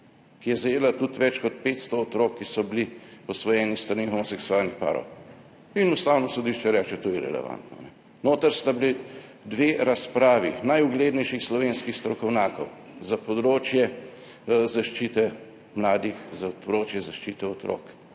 ki je zajela tudi več kot 500 otrok, ki so bili posvojeni s strani homoseksualnih parov in Ustavno sodišče reče, to je relevantno. Noter sta bili dve razpravi najuglednejših slovenskih strokovnjakov za področje zaščite mladih, za področje zaščite otrok